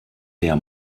der